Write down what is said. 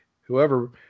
whoever